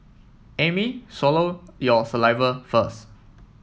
Amy swallow your saliva first